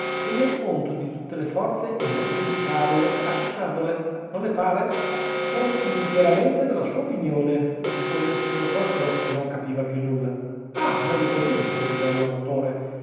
tener conto di tutte le forze e moltiplicarle associandole non le pare sono intieramente della sua opinione rispose il signor prospero che non capiva più nulla ah meglio così ripigliò l'oratore